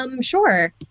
Sure